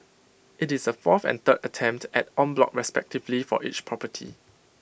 IT is the fourth and third attempt at en bloc western stiffly for each property